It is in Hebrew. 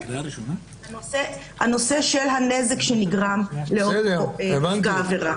הוא הנושא של הנזק שנגרם לאותו נפגע עבירה.